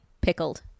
pickled